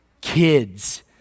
Kids